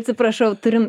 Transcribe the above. atsiprašau turim